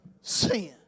sin